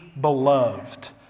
Beloved